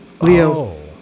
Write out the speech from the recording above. Leo